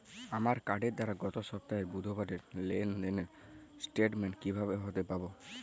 আমার কার্ডের দ্বারা গত সপ্তাহের বুধবারের লেনদেনের স্টেটমেন্ট কীভাবে হাতে পাব?